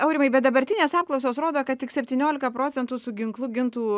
aurimai bet dabartinės apklausos rodo kad tik septyniolika procentų su ginklu gintų